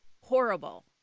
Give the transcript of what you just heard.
horrible